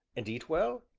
and eat well?